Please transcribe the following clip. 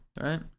right